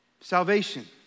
Salvation